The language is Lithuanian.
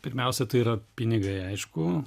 pirmiausia tai yra pinigai aišku